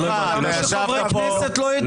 9:20, למה שחברי הכנסת לא ידברו?